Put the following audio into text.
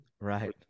Right